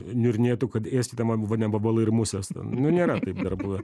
niurnėtų kad ėskite mane vabalai ir musės ten nu nėra taip dar buvę